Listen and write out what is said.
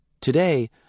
Today